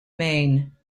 maine